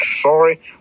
sorry